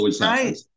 right